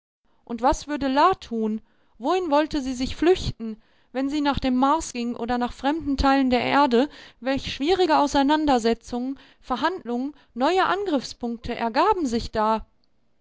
und was würde la tun wohin wollte sie sich flüchten wenn sie nach dem mars ging oder nach fremden teilen der erde welch schwierige auseinandersetzungen verhandlungen neue angriffspunkte ergaben sich da